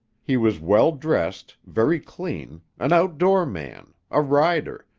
he was well-dressed, very clean, an outdoor man, a rider,